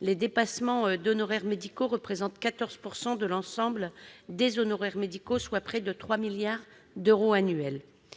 les dépassements d'honoraires médicaux représentent 14 % de l'ensemble des honoraires médicaux, soit près de 3 milliards d'euros annuels.